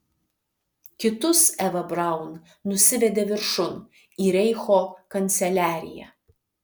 kitus eva braun nusivedė viršun į reicho kanceliariją